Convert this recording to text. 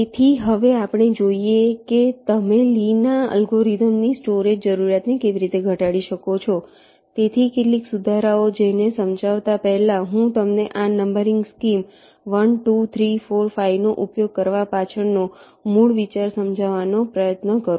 તેથી હવે આપણે જોઈએ કે તમે લી ના અલ્ગોરિધમની સ્ટોરેજ જરૂરિયાતને કેવી રીતે ઘટાડી શકો છો તેથી કેટલાક સુધારાઓ જેને સમજાવતા પહેલા હું તમને આ નંબરિંગ સ્કીમ 1 2 3 4 5 નો ઉપયોગ કરવા પાછળનો મૂળ વિચાર સમજાવવાનો પ્રયત્ન કરું